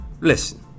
Listen